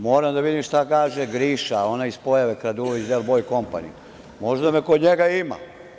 Moram da vidim šta kaže Griša, onaj iz pojave kradulović Del boj kompani, možda me kod njega ima.